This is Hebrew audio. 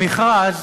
במכרז